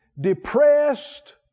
depressed